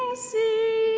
sea